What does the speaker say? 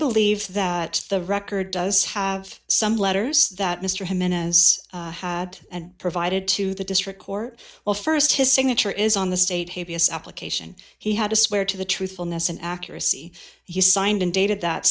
believe that the record does have some letters that mr jimenez had and provided to the district court well st his signature is on the state habeas application he had to swear to the truthfulness and accuracy he signed and dated that